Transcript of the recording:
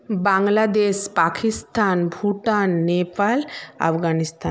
Bangladesh Pakistan Bhutan Nepal Afghanistan